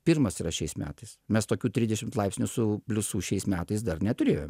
pirmas yra šiais metais mes tokių trisdešimt laipsnių su pliusu šiais metais dar neturėjom